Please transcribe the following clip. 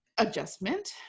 adjustment